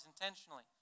intentionally